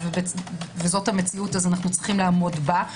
זו המציאות, אז אנו צריכים לעמוד בה.